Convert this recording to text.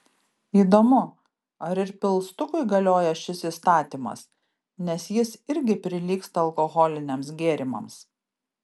įdomu ar ir pilstukui galioja šis įstatymas nes jis irgi prilygsta alkoholiniams gėrimams